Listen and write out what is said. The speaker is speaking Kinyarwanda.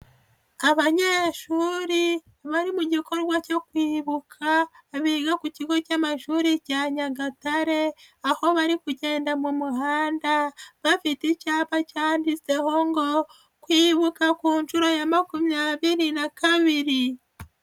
Abanyeshuri bari mu gikorwa cyo kwibuka biga ku kigo cy'amashuri cya Nyagatare, aho bari kugenda mu muhanda bafite icyapa cyaditseho ngo kwibuka ku nshuro ya makumyabiri na kabiri.